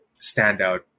standout